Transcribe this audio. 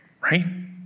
right